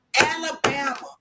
alabama